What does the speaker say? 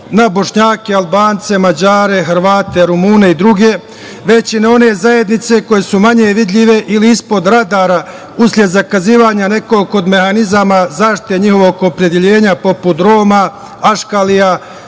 na Bošnjake, Albance, Mađare, Hrvate, Rumune i druge, već i na one zajednice koje su manje vidljive ili ispod radara usled zakazivanja nekog od mehanizama zaštite njihovog opredeljenja, poput Roma, Aškalija,